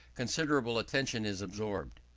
considerable attention is absorbed.